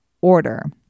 order